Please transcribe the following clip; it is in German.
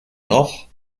noch